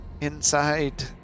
inside